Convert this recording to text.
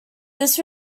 this